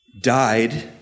died